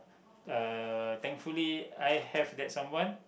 uh thankfully I have that someone